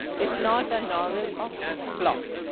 is not a novel of plot.